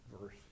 verse